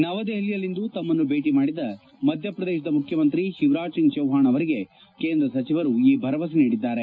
ನವದೆಹಲಿಯಲ್ಲಿಂದು ತಮ್ಮನ್ನು ಭೇಟಿ ಮಾಡಿದ ಮಧ್ಯಪ್ರದೇಶದ ಮುಖ್ಯಮಂತ್ರಿ ಶಿವರಾಜ್ ಸಿಂಗ್ ಚೌವ್ವಾಣ್ ಅವರಿಗೆ ಕೇಂದ್ರ ಸಚಿವರು ಈ ಭರವಸೆ ನೀಡಿದ್ದಾರೆ